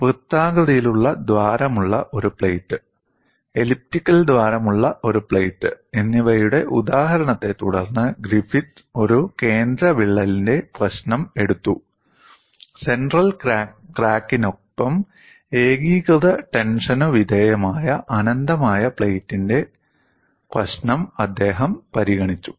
വൃത്താകൃതിയിലുള്ള ദ്വാരമുള്ള ഒരു പ്ലേറ്റ് എലിപ്റ്റിക്കൽ ദ്വാരമുള്ള ഒരു പ്ലേറ്റ് എന്നിവയുടെ ഉദാഹരണത്തെ തുടർന്ന് ഗ്രിഫിത്ത് ഒരു കേന്ദ്ര വിള്ളലിന്റെ പ്രശ്നം എടുത്തു സെൻട്രൽ ക്രാക്കിനൊപ്പം ഏകീകൃത ടെന്ഷനു വിധേയമായ അനന്തമായ പ്ലേറ്റിന്റെ പ്രശ്നം അദ്ദേഹം പരിഗണിച്ചു